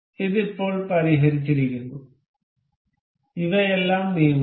ഇത് ഇപ്പോൾ പരിഹരിച്ചിരിക്കുന്നു ഇവയെല്ലാം നീങ്ങുന്നു